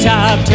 Top